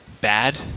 bad